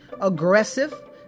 aggressive